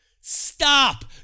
Stop